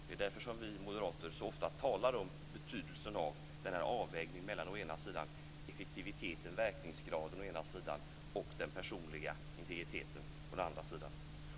Det är därför som vi moderater så ofta talar om betydelsen av den här avvägningen mellan effektiviteten och verkningsgraden å den ena sidan och den personliga integriteten å den andra sidan.